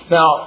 Now